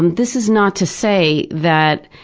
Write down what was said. and this is not to say that